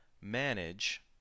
Manage